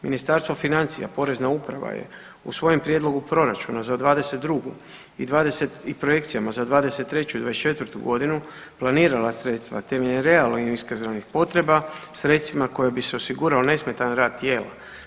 Ministarstvo financija, Porezna uprava je u svojem prijedlogu proračuna za '22. i 20 i projekcijama za '23. i '24. godinu planirala sredstva temeljem realno iskazanih potreba sredstvima kojima bi se osigurao nesmetan rad tijela.